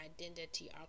identity